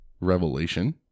revelation